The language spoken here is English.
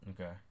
Okay